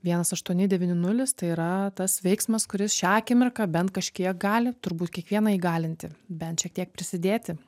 vienas aštuoni devyni nulis tai yra tas veiksmas kuris šią akimirką bent kažkiek gali turbūt kiekvieną įgalinti bent šiek tiek prisidėti